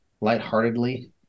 lightheartedly